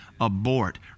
Abort